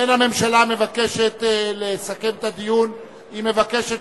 אין הממשלה מבקשת לסכם את הדיון, היא מבקשת